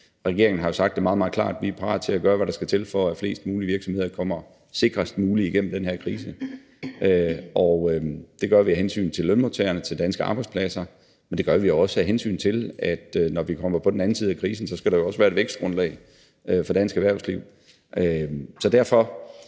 Regeringen har jo sagt det meget, meget klart: Vi er parat til at gøre, hvad der skal til, for at flest mulige virksomheder kommer sikrest muligt igennem den her krise. Det gør vi af hensyn til lønmodtagerne, til danske arbejdspladser, men det gør vi også af hensyn til, at der, når vi kommer på den anden side af krisen, også skal være et vækstgrundlag for dansk erhvervsliv. Så derfor